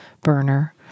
burner